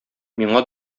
миңа